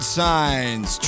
signs